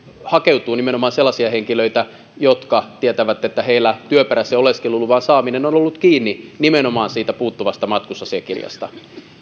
hakeutuu nimenomaan sellaisia henkilöitä jotka tietävät että heillä työperäisen oleskeluluvan saaminen on on ollut kiinni nimenomaan siitä puuttuvasta matkustusasiakirjasta